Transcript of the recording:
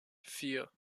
vier